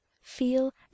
feel